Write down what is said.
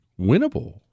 winnable